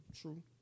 True